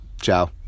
Ciao